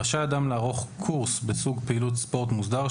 רשאי אדם לערוך קורס בסוג פעילות ספורט מוסדר,